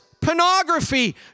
pornography